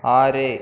ஆறு